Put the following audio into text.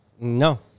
No